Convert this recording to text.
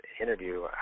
interview